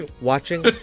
Watching